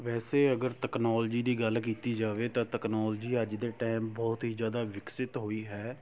ਵੈਸੇ ਅਗਰ ਤਕਨੋਲਜੀ ਦੀ ਗੱਲ ਕੀਤੀ ਜਾਵੇ ਤਾਂ ਤਕਨੋਲਜੀ ਅੱਜ ਦੇ ਟਾਇਮ ਬਹੁਤ ਹੀ ਜ਼ਿਆਦਾ ਵਿਕਸਿਤ ਹੋਈ ਹੈ